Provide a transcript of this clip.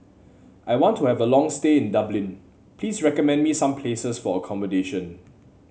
I want to have a long stay in Dublin please recommend me some places for accommodation